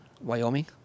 Wyoming